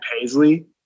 Paisley